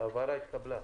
ההבהרה התקבלה.